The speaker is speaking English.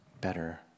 better